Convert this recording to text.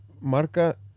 Marca